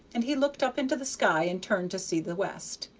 and he looked up into the sky and turned to see the west.